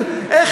אדוני,